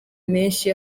menshi